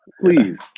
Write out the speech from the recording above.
Please